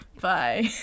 bye